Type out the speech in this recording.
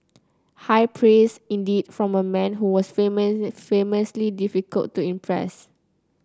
high praise indeed from a man who was famously difficult to impress